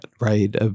right